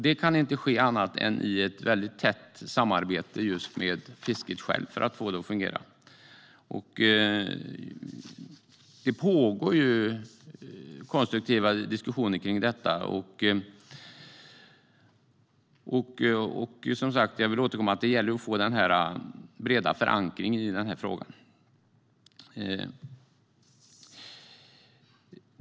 Det kan inte ske annat än i ett väldigt tätt samarbete med fisket självt för att få det att fungera. Det pågår konstruktiva diskussioner om detta. Det gäller att få en bred förankring i den här frågan.